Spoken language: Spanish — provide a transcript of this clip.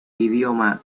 idioma